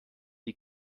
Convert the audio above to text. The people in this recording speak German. die